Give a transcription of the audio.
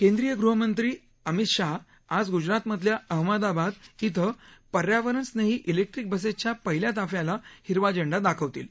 केंद्रीय गृहमंत्री अमित शाह आज ग्जरातमधल्या अहमदाबाद इथं पर्यावरण स्नेही इलेक्ट्रिक बसेसच्या पहिल्या ताफ्याला हिरवा झेंडा दाखवतील